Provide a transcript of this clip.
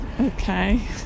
okay